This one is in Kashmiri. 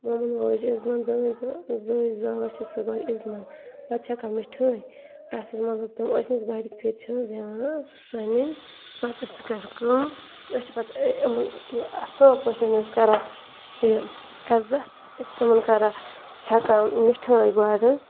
موممَن وٲج اِسبنٛد دٲنۍ تہٕ زٲج زٲلَس چھِ سۅ گۄڈٕ اِسبنٛد پَتہٕ چھَکان مِٹھٲے اَسہِ ٲسۍ مطلب تِم ٲسۍ نہٕ حظ گۄڈنِکہِ پھِرِ چھِنہٕ حظ یِوان سۅنیٚنۍ پَتہٕ ٲسۍ سۅ کَران کٲم أسۍ چھِ پَتہٕ اَصٕل پٲٹھۍ حظ کَران یہِ عزَت أسۍ چھِ تِمَن کَران چھَکان مِٹھٲے گۄڈٕ حظ